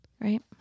Right